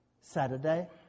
Saturday